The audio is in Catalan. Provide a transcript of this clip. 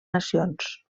nacions